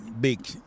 big